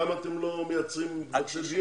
למה אתם לא מייצרים- -- קשישים,